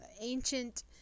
ancient